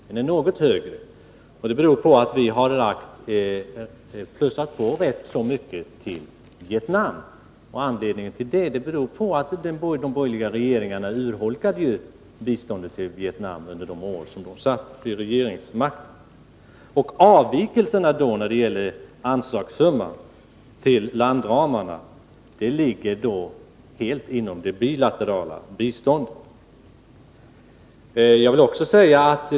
Att så är fallet beror på att vi har plussat på till Vietnam, eftersom de borgerliga urholkade biståndet till Vietnam under de år som de hade regeringsmakten. Avvikelserna i vår anslagssumma till landramarna ligger helt inom det bilaterala biståndet.